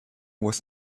was